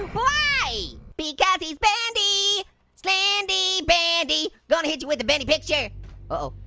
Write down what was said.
why? because he's bendy slendy bendy gonna hit you with a bendy picture uh-oh,